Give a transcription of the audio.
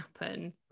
happen